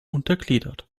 untergliedert